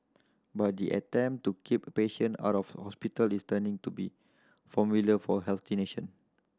but the attempt to keep patient out of hospital is turning to be formula for a healthy nation